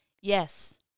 Yes